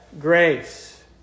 grace